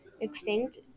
extinct